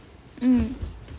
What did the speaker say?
mm